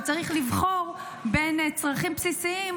כשהוא צריך לבחור בין צרכים בסיסיים,